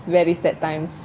very sad times